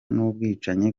n’ubwicanyi